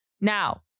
Now